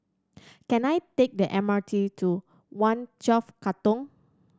can I take the M R T to One Twelve Katong